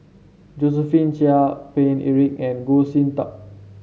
Josephine Chia Paine Eric and Goh Sin Tub